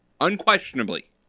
unquestionably